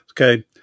Okay